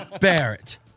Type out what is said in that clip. Barrett